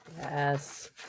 Yes